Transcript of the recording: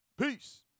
Peace